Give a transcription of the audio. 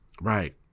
Right